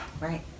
Right